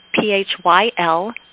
P-H-Y-L